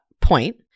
point